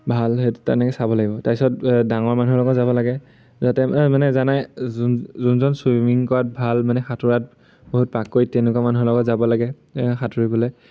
ভাল সেইটো তেনেকে চাব লাগিব তাৰপিছত ডাঙৰ মানুহৰ লগত যাব লাগে যাতে মানে জানাই যোন যোনজন চুইমিং কৰাত ভাল মানে সাঁতোৰাত বহুত পাকৈত তেনেকুৱা মানুহৰ লগত যাব লাগে সাঁতুৰিবলে